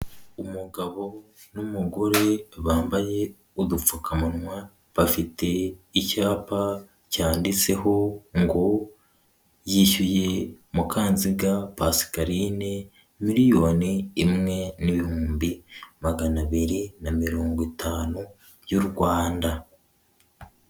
Umugabo n'umugore bambaye udupfukamunwa, bafite icyapa cyanditseho ngo : "Yishyuye MUKANZIGA Pascaline miliyoni imwe n'ibihumbi magana abiri na mirongo itanu y'u Rwanda."